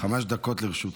חמש דקות לרשותך.